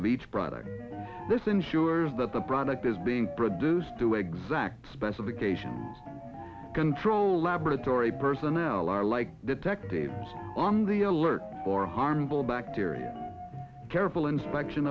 of each product this ensures that the product is being produced to exact specifications control laboratory personnel are like detectives on the alert for harmful bacteria careful inspection